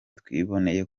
twiboneye